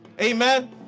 Amen